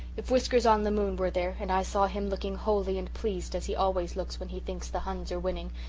if whiskers-on-the-moon were there and i saw him looking holy and pleased, as he always looks when he thinks the huns are winning,